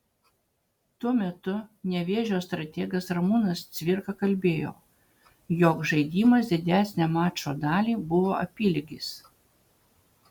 tuo metu nevėžio strategas ramūnas cvirka kalbėjo jog žaidimas didesnę mačo dalį buvo apylygis